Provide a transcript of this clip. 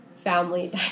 family